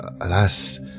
alas